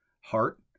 heart